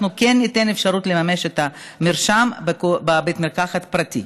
אנחנו כן ניתן אפשרות לממש את המרשם בבית מרקחת פרטי.